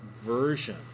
version